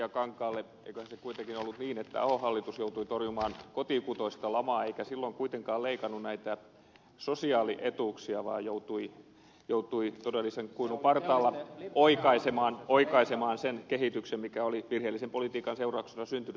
eiköhän se kuitenkin ollut niin että ahon hallitus joutui torjumaan kotikutoista lamaa eikä silloin kuitenkaan leikannut näitä sosiaalietuuksia vaan joutui todellisen kuilun partaalla oikaisemaan sen kehityksen mikä oli virheellisen politiikan seurauksena syntynyt